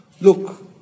look